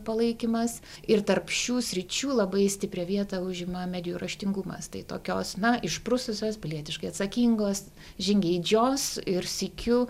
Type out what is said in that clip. palaikymas ir tarp šių sričių labai stiprią vietą užima medijų raštingumas tai tokios na išprususios pilietiškai atsakingos žingeidžios ir sykiu